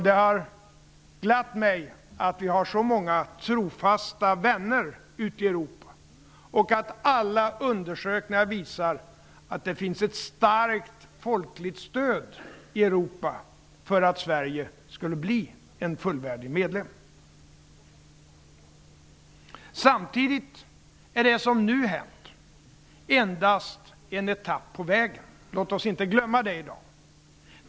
Det har glatt mig att vi har så många trofasta vänner ute i Europa och att alla undersökningar har visat att det finns ett starkt folkligt stöd i Europa för att Sverige skulle bli en fullvärdig medlem. Samtidigt är det som nu har hänt endast en etapp på vägen. Låt oss inte glömma det i dag!